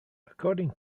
according